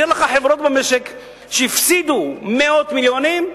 אני אראה לך חברות במשק שהפסידו מאות מיליונים,